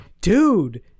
dude